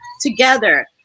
together